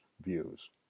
views